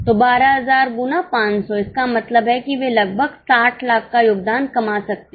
तो 12000 गुना 500 इसका मतलब है कि वे लगभग 60 लाख का योगदान कमा सकते हैं